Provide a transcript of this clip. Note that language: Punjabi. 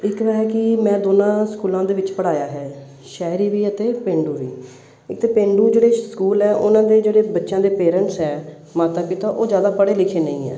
ਇਕ ਨਾ ਹੈ ਕਿ ਮੈਂ ਦੋਨਾਂ ਸਕੂਲਾਂ ਦੇ ਵਿੱਚ ਪੜ੍ਹਾਇਆ ਹੈ ਸ਼ਹਿਰੀ ਵੀ ਅਤੇ ਪੇਂਡੂ ਵੀ ਇੱਥੇ ਪੇਂਡੂ ਜਿਹੜੇ ਸਕੂਲ ਹੈ ਉਹਨਾਂ ਦੇ ਜਿਹੜੇ ਬੱਚਿਆਂ ਦੇ ਪੇਰੈਂਟਸ ਹੈ ਮਾਤਾ ਪਿਤਾ ਉਹ ਜ਼ਿਆਦਾ ਪੜ੍ਹੇ ਲਿਖੇ ਨਹੀਂ ਹੈ